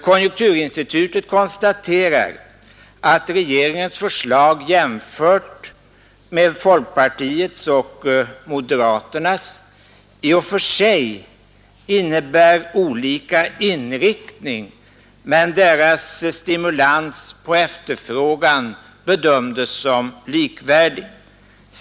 Konjunkturinstitutet konstaterade att regeringens förslag jämfört med folkpartiets och moderaternas i och för sig innebär olika inriktning, men deras stimulans på efterfrågan bedömdes som likvärdig.